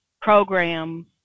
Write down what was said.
program